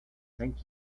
thank